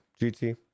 GT